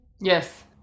Yes